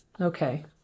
Okay